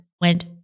went